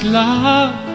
love